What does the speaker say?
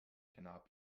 cannot